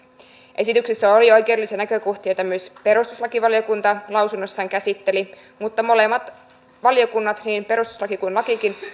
esityksessä oli oikeudellisia näkökohtia joita myös perustuslakivaliokunta lausunnossaan käsitteli mutta molemmat valiokunnat niin perustuslaki kuin lakikin